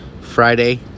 Friday